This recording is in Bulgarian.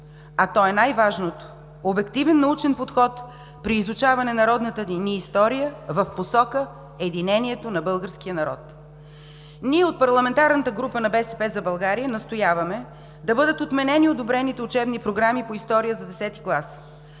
а то е най-важното – обективен научен подход при изучаване на родната ни история в посока единението на българския народ. Ние от парламентарната група на „БСП за България“ настояваме да бъдат отменени одобрените учебни програми по история за Х клас.